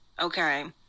Okay